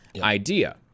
idea